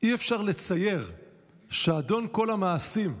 אי-אפשר לצייר שאדון כל המעשים,